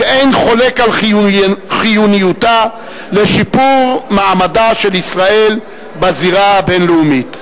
שאין חולק על חיוניותה לשיפור מעמדה של ישראל בזירה הבין-לאומית.